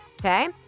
Okay